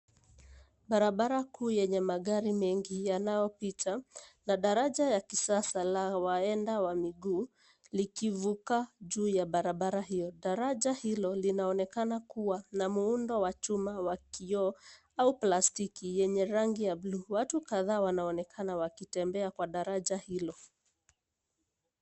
Barabara kuu yenye magari mengi yanayopita na daraja ya kisasa la waenda wa miguu likivuka juu ya barabara hiyo. Daraja hilo linaonekana kuwa na muundo wa chuma wa kioo au plastiki yenye rangi ya bluu. Watu kadhaa wanaonekana wakitembea kwa daraja hilo.